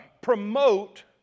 Promote